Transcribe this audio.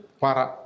para